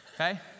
okay